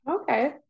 Okay